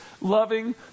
loving